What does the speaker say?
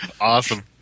Awesome